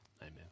amen